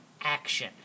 action